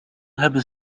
hebben